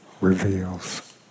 reveals